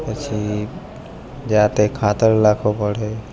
પછી જાતે ખાતર નાખવું પડે